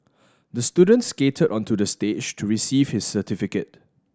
the student skated onto the stage to receive his certificate